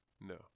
No